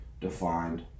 defined